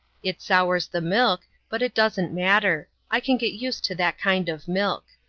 it sours the milk, but it doesn't matter i can get used to that kind of milk.